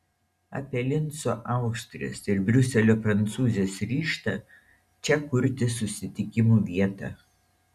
apie linco austrės ir briuselio prancūzės ryžtą čia kurti susitikimų vietą